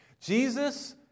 Jesus